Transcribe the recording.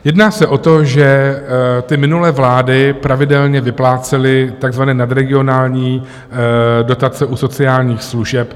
Jedná se o to, že minulé vlády pravidelně vyplácely takzvané nadregionální dotace u sociálních služeb.